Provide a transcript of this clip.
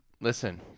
Listen